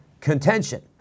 contention